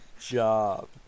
job